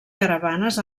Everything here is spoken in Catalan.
caravanes